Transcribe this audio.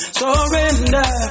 surrender